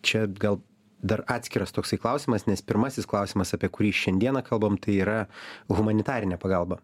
čia gal dar atskiras toksai klausimas nes pirmasis klausimas apie kurį šiandieną kalbam tai yra humanitarinė pagalba